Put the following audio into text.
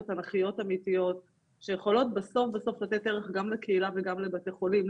אנכית אמיתית שיכולות בסוף לתת ערך גם לקהילה וגם לבתי החולים.